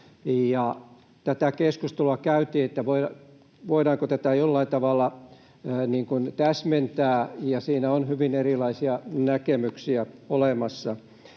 Keskustelua käytiin siitä, voidaanko tätä jollain tavalla täsmentää, ja siinä on hyvin erilaisia näkemyksiä olemassa.